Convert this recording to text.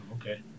Okay